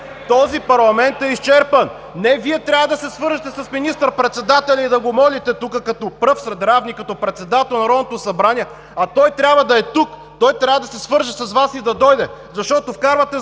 Този парламент е изчерпан. Не Вие трябва да се свържете с министър-председателя и да го молите тук като пръв сред равни като председател на Народното събрание, а той трябва да е тук. Той трябва да се свърже с Вас и да дойде, защото вкарвате